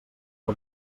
que